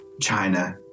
China